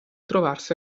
trovarsi